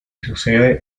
sucede